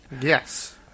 Yes